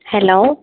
hello